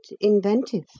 inventive